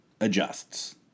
adjusts